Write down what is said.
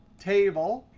table,